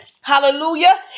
Hallelujah